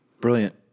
Brilliant